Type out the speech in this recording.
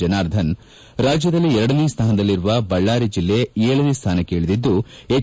ಜನಾರ್ಧನ್ ರಾಜ್ಯದಲ್ಲಿ ಎರಡನೇ ಸ್ಥಾನದಲ್ಲಿದ್ದ ಬಳ್ಳಾರಿ ಜಿಲ್ಲೆ ಏಳನೇ ಸ್ಥಾನಕ್ಕೆ ಇಳಿದಿದ್ದು ಹೆಚ್